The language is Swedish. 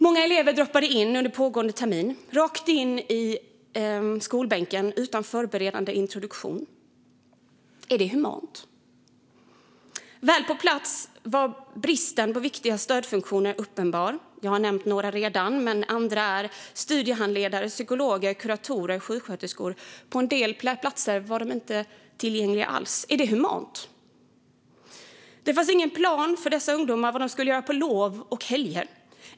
Många elever droppade in under pågående termin, rakt in i skolbänken utan förberedande introduktion. Är det humant? Väl på plats var bristen på viktiga stödfunktioner uppenbar. Jag har nämnt några redan; andra är studiehandledare, psykologer, kuratorer och sjuksköterskor. På en del platser var de inte tillgängliga alls. Är det humant? Det fanns ingen plan för vad dessa ungdomar skulle göra på lov och helger.